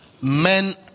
Men